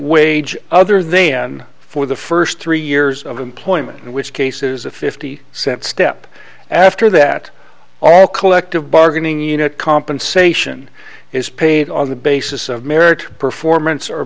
wage other than for the first three years of employment in which case is a fifty cent step after that all collective bargaining unit compensation is paid on the basis of merit performance or